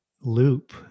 loop